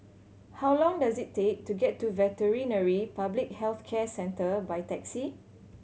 how long does it take to get to Veterinary Public Health Centre by taxi